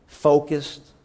focused